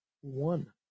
One